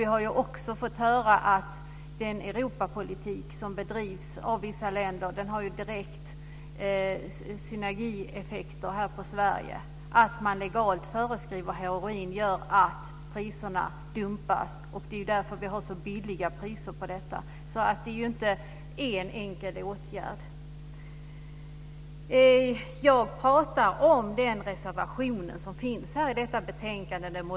Vi har också fått höra att den Europapolitik som bedrivs av vissa länder har direkta synergieffekter på Sverige. Att man legalt föreskriver heroin gör att priserna dumpas. Därför har vi så låga priser på det. Det är inte en enkel åtgärd det handlar om. Jag talar om den moderata reservation som finns i betänkandet.